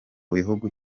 bihugu